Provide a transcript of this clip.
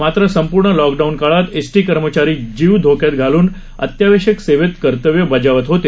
मात्र संपूर्ण लॉकडाऊन काळात एसटी कर्मचारी जीव धोक्यात घालून अत्यावश्यक सेवेत कर्तव्य बजावत होते